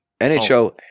NHL